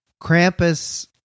krampus